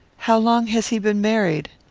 how long has he been married?